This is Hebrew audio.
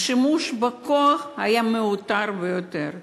השימוש בכוח היה מיותר ביותר.